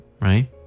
right